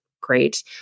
Great